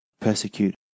persecute